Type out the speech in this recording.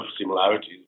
similarities